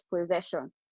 possession